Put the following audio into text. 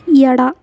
ಎಡ